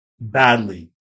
badly